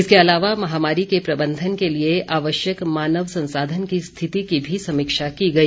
इसके अलावा महामारी के प्रबंधन के लिए आवश्यक मानव संसाधन की स्थिति की भी समीक्षा की गई